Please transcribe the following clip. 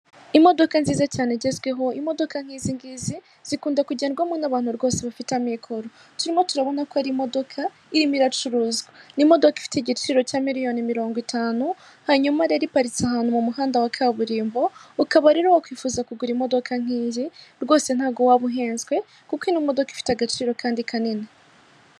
Imodoka nziza cyane igezweho. Imodoka nk'izi ngizi zikunda kugendwamo n'abantu rwose bafite amikoro. Turimo turabona ko ari imodoka irimo iracuruzwa. Ni imodoka ifite agaciro ka miliyoni mirongo itanu. Hanyuma rero iparitse ahantu mu muhanda wa kaburimbo, ukaba rero wakwifuza kugura imodoka nk'iyi rwose. Ntabwo waba uhenzwe kuko iyi modoka ifite agaciro kandi kanini.